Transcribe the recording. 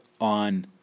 on